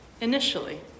initially